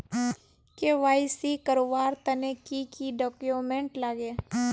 KYC करवार तने की की डॉक्यूमेंट लागे?